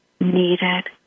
needed